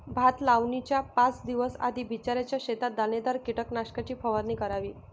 भात लावणीच्या पाच दिवस आधी बिचऱ्याच्या शेतात दाणेदार कीटकनाशकाची फवारणी करावी